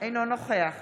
אינו נוכח